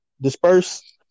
disperse